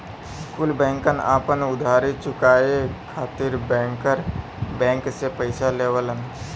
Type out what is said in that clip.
कुल बैंकन आपन उधारी चुकाये खातिर बैंकर बैंक से पइसा लेवलन